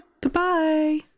Goodbye